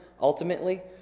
ultimately